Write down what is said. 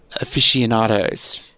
aficionados